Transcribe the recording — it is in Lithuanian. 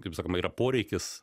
kaip sakoma yra poreikis